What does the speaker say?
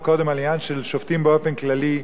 קודם על עניין של שופטים באופן כללי.